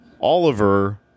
Oliver